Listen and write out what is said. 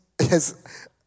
Yes